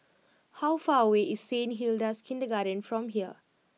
how far away is Saint Hilda's Kindergarten from here